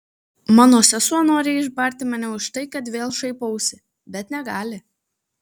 mano sesuo nori išbarti mane už tai kad vėl šaipausi bet negali